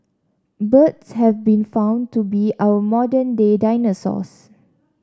birds have been found to be our modern day dinosaurs